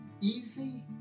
Easy